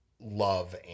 love